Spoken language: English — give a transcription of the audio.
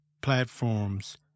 platforms